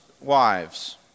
wives